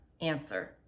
answer